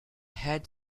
head